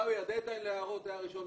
עיסאווי, הדד ליין להערות היה 1 בנובמבר,